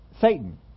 Satan